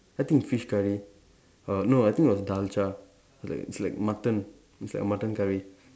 I think it's fish curry uh no I think it was dalcha like it's like mutton it's like a mutton curry